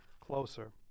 closer